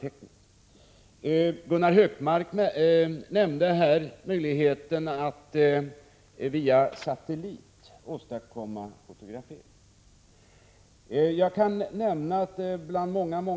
Gunnar Hökmark nämnde möjligheten att TIR-bilar markerar för fotografering från satellit. Jag tror att så är fallet.